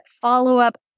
follow-up